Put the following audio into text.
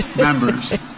members